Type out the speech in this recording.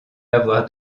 avoir